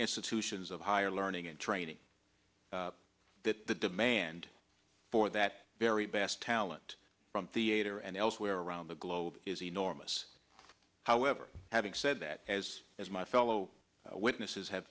institutions of higher learning and training that the demand for that very best talent from theater and elsewhere around the globe is enormous however having said that as as my fellow witnesses have